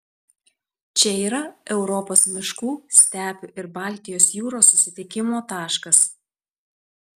čia yra europos miškų stepių ir baltijos jūros susitikimo taškas